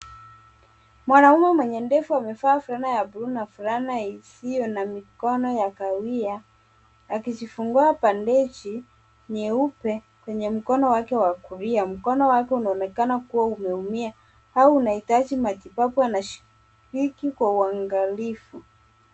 Mwanaume mwenye ndevu amevaa fulana ya buluu na fulana isiyo na mikono ya kahawia. Akijifungua bandeji nyeupe kwenye mkono wake wa kulia. Mkono wake unaonekana kuwa ulio umia au unahitaji matibabu, anashiriki kwa uangalifu.